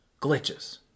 Glitches